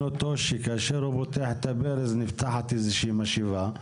אותם שכאשר הוא פותח את הברז נפתחת איזושהי משאבה,